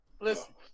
Listen